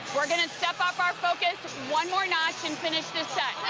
we're going to step up our focus one more notch and finish this set,